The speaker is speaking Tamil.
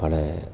பல